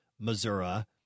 Missouri